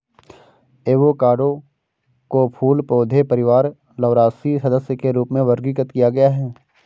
avocado को फूल पौधे परिवार लौरासी के सदस्य के रूप में वर्गीकृत किया गया है